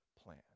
plan